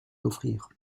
offrir